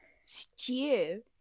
stew